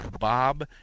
Bob